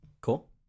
cool